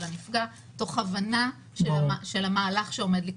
הנפגע תוך הבנה של המהלך שעומד לקרות.